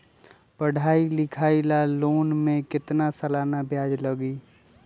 पढाई लिखाई ला लोन के कितना सालाना ब्याज लगी?